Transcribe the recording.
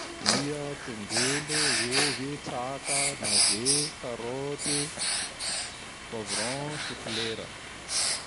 Tongolo, ovy, traka, nave, karôte, poivron, soflera.